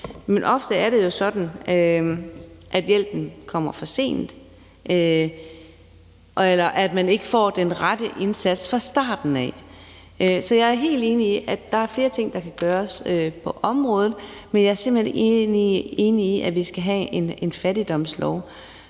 men ofte er det jo sådan, at hjælpen kommer for sent, eller at man ikke får den rette indsats fra starten. Så jeg er helt enig i, at der er flere ting, der kan gøres på området, men jeg er simpelt hen ikke enig i, at vi skal have en fattigdomslov.